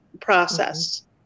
process